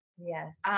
Yes